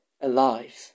alive